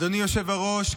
אדוני היושב-ראש,